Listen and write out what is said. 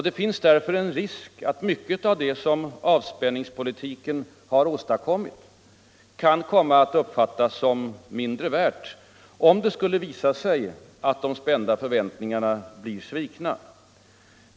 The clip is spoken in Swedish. Det finns därför risk att mycket av det som avspänningspolitiken har åstadkommit kan komma att uppfattas som mindre värt om det skulle visa sig att de spända förväntningarna blir svikna.